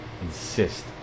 insist